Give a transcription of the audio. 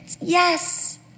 Yes